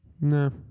No